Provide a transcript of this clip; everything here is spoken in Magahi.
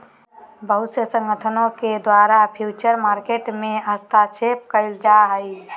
बहुत से संगठनों के द्वारा फ्यूचर मार्केट में हस्तक्षेप क़इल जा हइ